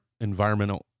environmental